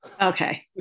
Okay